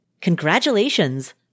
congratulations